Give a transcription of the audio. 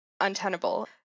untenable